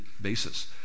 basis